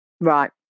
Right